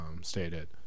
stated